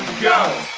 go.